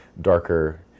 darker